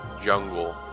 jungle